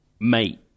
Mate